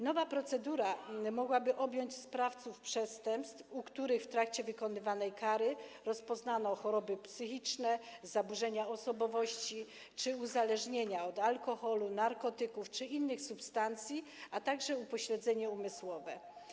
Nowa procedura mogłaby objąć sprawców przestępstw, u których w trakcie wykonywania kary rozpoznano choroby psychiczne, zaburzenia osobowości czy uzależnienie od alkoholu, narkotyków czy innych substancji, a także upośledzenie umysłowe.